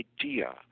idea